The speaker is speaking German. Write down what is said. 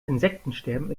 insektensterben